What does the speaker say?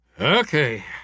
Okay